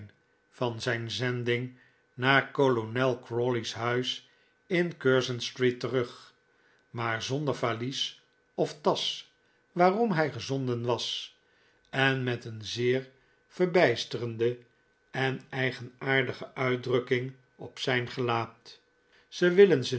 van zijn zending naar kolonel crawley's huis in curzon street terug maar zonder valies of tasch waarom hij gezonden was en met een zeer verbijsterde en eigenaardige uitdrukking op zijn gelaat ze willen ze